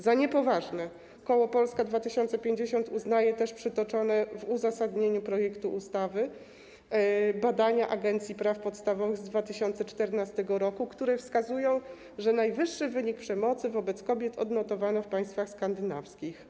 Za niepoważne koło Polska 2050 uznaje też przytoczone w uzasadnieniu projektu ustawy badania Agencji Praw Podstawowych z 2014 r., które wskazują, że najwyższy wskaźnik przemocy wobec kobiet odnotowano w państwach skandynawskich.